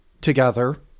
together